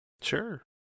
Sure